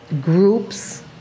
groups